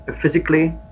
Physically